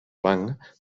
banc